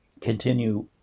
continue